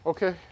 Okay